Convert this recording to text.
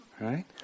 Right